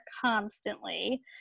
constantly